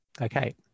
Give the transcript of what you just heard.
okay